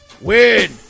win